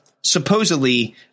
supposedly